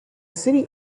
city